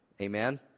Amen